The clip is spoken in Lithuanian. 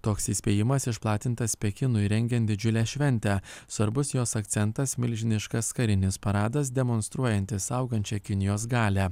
toks įspėjimas išplatintas pekinui rengiant didžiulę šventę svarbus jos akcentas milžiniškas karinis paradas demonstruojantis augančią kinijos galią